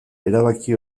erabaki